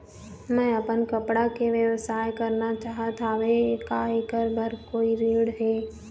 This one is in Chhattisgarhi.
मैं अपन कपड़ा के व्यवसाय करना चाहत हावे का ऐकर बर कोई ऋण हे?